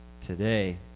today